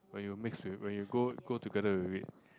when you mix with when you go go together with it